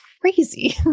crazy